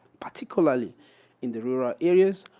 particularly in the rural areas.